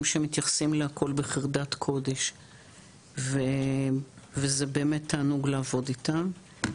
שמתייחסים לכל בחרדת קודש וזה באמת תענוג לעבוד איתם.